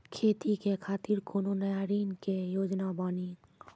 खेती के खातिर कोनो नया ऋण के योजना बानी?